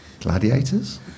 Gladiators